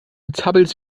zappelst